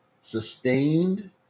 sustained